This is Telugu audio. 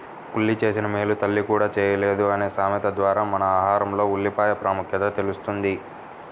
ఉల్లి చేసిన మేలు తల్లి కూడా చేయలేదు అనే సామెత ద్వారా మన ఆహారంలో ఉల్లిపాయల ప్రాముఖ్యత తెలుస్తుంది